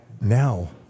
now